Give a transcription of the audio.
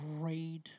great